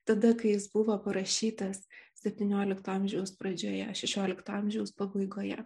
tada kai jis buvo parašytas septyniolikto amžiaus pradžioje šešiolikto amžiaus pabaigoje